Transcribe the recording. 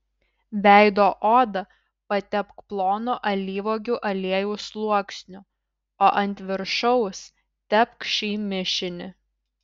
veido odą patepk plonu alyvuogių aliejaus sluoksniu o ant viršaus tepk šį mišinį